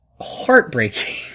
heartbreaking